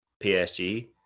PSG